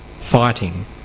fighting